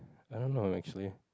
I don't know actually